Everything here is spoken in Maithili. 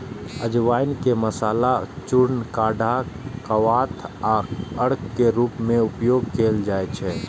अजवाइन के मसाला, चूर्ण, काढ़ा, क्वाथ आ अर्क के रूप मे उपयोग कैल जाइ छै